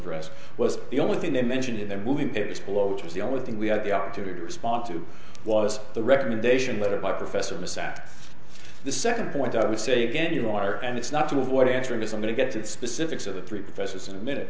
addressed was the only thing they mentioned they're willing to explore which is the only thing we had the opportunity to respond to was the recommendation letter by professor in the south the second point i would say again you are and it's not to avoid answering this i'm going to get to specifics of the three professors in a minute